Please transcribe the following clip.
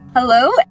Hello